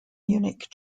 munich